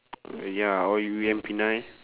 ya or